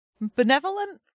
benevolent